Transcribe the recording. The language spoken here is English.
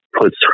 puts